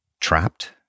trapped